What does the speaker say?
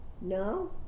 No